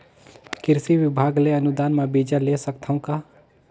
कृषि विभाग ले अनुदान म बीजा ले सकथव का?